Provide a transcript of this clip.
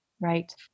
Right